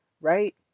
right